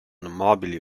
mobili